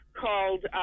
called